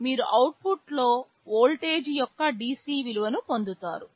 కాబట్టి మీరు అవుట్పుట్లో వోల్టేజ్ యొక్క DC విలువను పొందుతారు